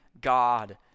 God